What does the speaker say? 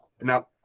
now